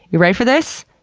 you ready for this?